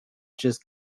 just